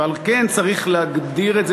ועל כן צריך להגדיר את זה